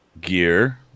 gear